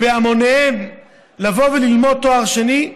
בהמוניהם לבוא וללמוד תואר שני,